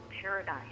paradise